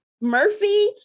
Murphy